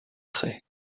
trait